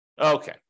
Okay